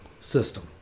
system